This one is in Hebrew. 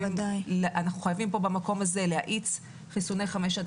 אנחנו חייבים פה במקום הזה להאיץ חיסוני חמש עד